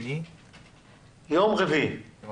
אין